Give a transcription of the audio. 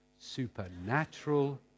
Supernatural